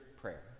prayer